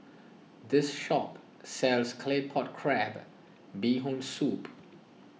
this shop sells Claypot Crab Bee Hoon Soup